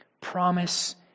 Promise